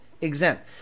exempt